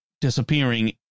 disappearing